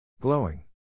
glowing